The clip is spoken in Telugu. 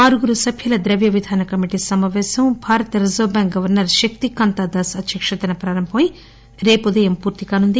ఆరుగురు సభ్యుల ద్రవ్య విధాన కమిటీ సమాపేశం నిన్న Bharata reserve bank governor Shaktikanta Das అధ్యక్షతన ప్రారంభమైన రేపు ఉదయం పూర్తి కానుంది